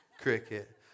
cricket